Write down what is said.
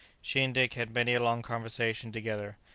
she and dick had many a long conversation together.